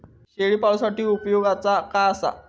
शेळीपाळूसाठी उपयोगाचा काय असा?